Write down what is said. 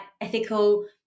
ethical